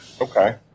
Okay